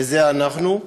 וזה אנחנו.